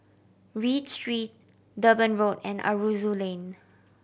Read Street Durban Road and Aroozoo Lane